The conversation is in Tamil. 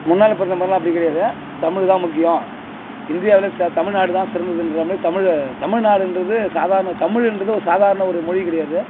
முன்னால் பிரதமர்லாம் அப்படி கிடையாது தமிழ் தான் முக்கியம் இந்தியாவில் தா தமிழ்நாடு தான் சிறந்ததுன்ற மாதிரி தமிழை தமிழ்நாடுன்றது சாதாரண தமிழுன்றது ஒரு சாதாரண ஒரு மொழி கிடையாது